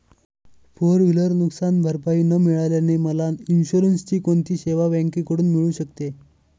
Four wheeler नुकसानभरपाई न मिळाल्याने मला इन्शुरन्सची कोणती सेवा बँकेकडून मिळू शकते?